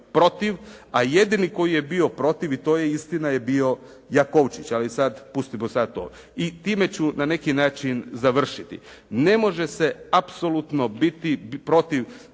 protiv, a jedini koji je bio protiv i to je istina je bio Jakovčić. Ali sad, pustimo sad to. I time ću na neki način završiti. Ne može se apsolutno biti protiv